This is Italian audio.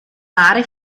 mare